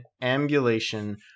ambulation